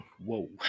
Whoa